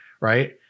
right